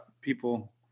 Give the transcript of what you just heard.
people